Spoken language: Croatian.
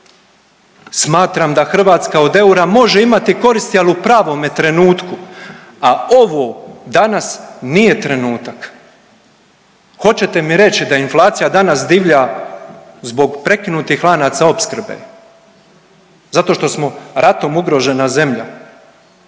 Smatram da Hrvatska od eura može imati koristi, ali u pravome trenutku, a ovo danas nije trenutak. Hoćete mi reći da inflacija danas divlja zbog prekinutih lanaca opskrbe? Zato što smo ratom ugrožena zemlja?